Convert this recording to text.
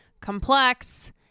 complex